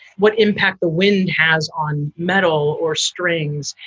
what impact the wind has on metal or strings.